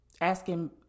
asking